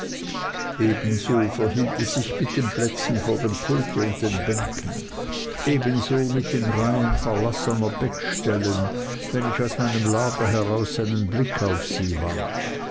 ebenso verhielt es sich mit den plätzen vor dem pulte und den bänken ebenso mit den reihen verlassner bettstellen wenn ich aus meinem lager heraus einen blick auf sie warf